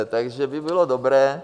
Takže by bylo dobré...